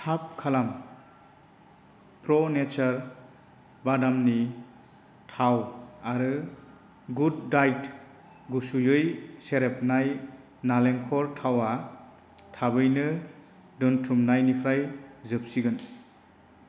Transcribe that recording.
थाब खालाम प्र' नेचार बादामनि थाव आरो गुड डायेट गुसुयै सेरेबनाय नारेंखल थावआ थाबैनो दोनथुमनायनिफ्राय जोबसिगोन